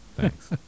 Thanks